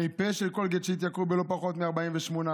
מי פה של קולגייט, שיתייקרו בלא פחות מ-48%.